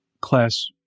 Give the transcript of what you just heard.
class